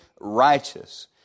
righteous